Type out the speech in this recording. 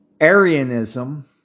Arianism